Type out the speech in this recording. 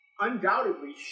undoubtedly